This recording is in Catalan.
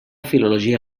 filologia